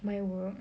my work